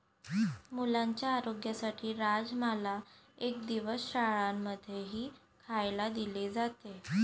मुलांच्या आरोग्यासाठी राजमाला एक दिवस शाळां मध्येही खायला दिले जाते